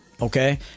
okay